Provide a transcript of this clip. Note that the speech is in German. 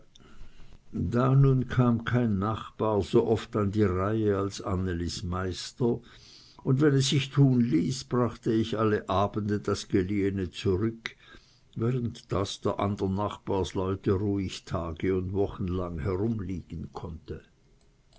da nun kam kein nachbar so oft an die reihe als annelis meister und wenn es sich tun ließ brachte ich alle abende das geliehene zurück während das der andern nachbarsleute ruhig tage und wochenlang herumliegen konnte